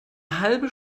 halbe